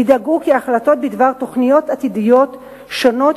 ידאגו כי בהחלטות בדבר תוכניות עתידיות שונות